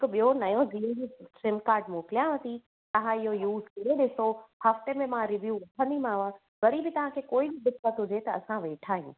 हिकु ॿियों नओं जिओ जो सिम काड मोकिलियांव थी तव्हां इहो युज़ करे ॾिसो हफ़्ते में मां रिव्यू वठंदीमांव वरी बि तव्हांखे कोई दिक़त हुजे त असां वेठा आहियूं